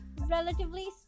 relatively